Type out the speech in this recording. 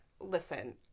listen